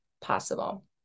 possible